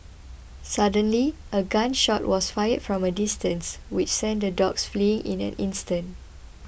suddenly a gun shot was fired from a distance which sent the dogs fleeing in an instant